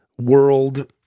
world